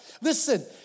Listen